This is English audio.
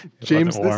James